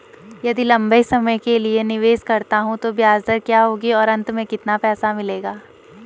यदि लंबे समय के लिए निवेश करता हूँ तो ब्याज दर क्या होगी और अंत में कितना पैसा मिलेगा?